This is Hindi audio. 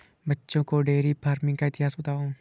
बच्चों को डेयरी फार्मिंग का इतिहास बताओ